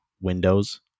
Windows